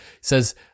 Says